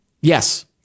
Yes